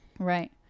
Right